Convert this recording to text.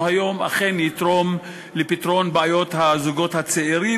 היום אכן יתרום לפתרון בעיות הזוגות הצעירים,